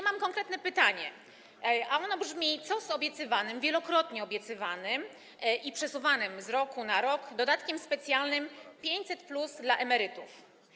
Mam konkretne pytanie, a brzmi ono: Co z wielokrotnie obiecywanym i przesuwanym z roku na rok dodatkiem specjalnym 500+ dla emerytów?